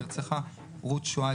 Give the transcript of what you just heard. נרצחה רות שועאי,